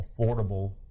affordable